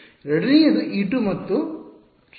ಎರಡನೆಯದು e2 ಮತ್ತು e3 ಕ್ಷಮಿಸಿ